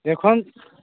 ଦେଖନ୍